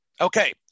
Okay